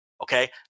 Okay